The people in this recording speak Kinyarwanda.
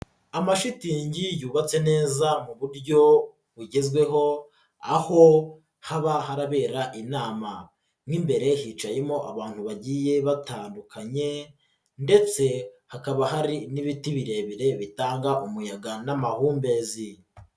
Amashitingi yubatse neza mu buryo bugezweho aho haba harabera inama, mo imbere hicayemo abantu bagiye batandukanye ndetse hakaba hari n'ibiti birebire bitanga umuyaga n'amahumbezi.